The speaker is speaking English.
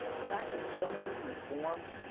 the fact that so many informed,